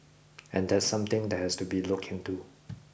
and that's something that has to be looked into